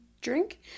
drink